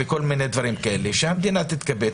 שהמדינה תתכבד,